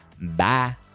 Bye